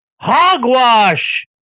hogwash